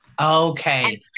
Okay